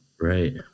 Right